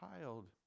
child